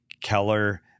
Keller